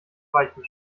weichen